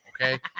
Okay